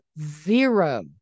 zero